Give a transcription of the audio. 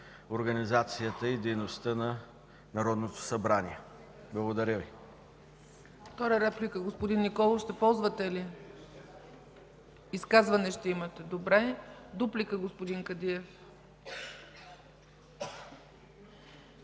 организацията и дейността на Народното събрание. Благодаря Ви.